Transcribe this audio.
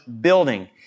building